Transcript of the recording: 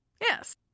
yes